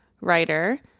writer